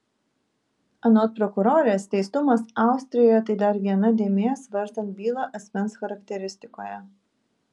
anot prokurorės teistumas austrijoje tai dar viena dėmė svarstant bylą asmens charakteristikoje